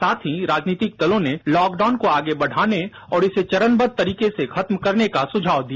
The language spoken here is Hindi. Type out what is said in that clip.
साथ ही राजनीतिक दलों ने लॉकडाउन को आगे बढ़ाने और इसे चरणबद्व तरीके से खत्म करने का सुझाव दिया